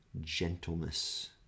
gentleness